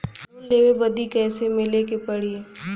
Loan लेवे बदी कैसे मिले के पड़ी?